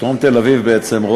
בדרום תל-אביב בעצם,